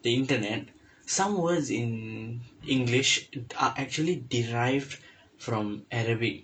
the internet some words in english are actually derived from arabic